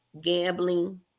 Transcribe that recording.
gambling